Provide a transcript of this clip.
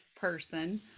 person